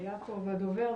ליעקב הדובר,